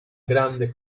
grande